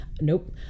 nope